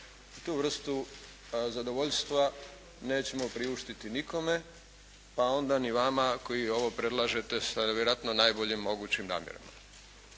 Tu vrstu zadovoljstva nećemo priuštiti nikome, pa onda ni vama koji ovo predlažete sa vjerojatno najboljim mogućim namjerama.